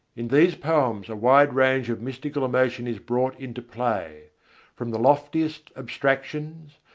in these poems a wide range of mystical emotion is brought into play from the loftiest abstractions,